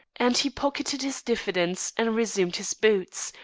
and he pocketed his diffidence and resumed his boots,